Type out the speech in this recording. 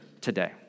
today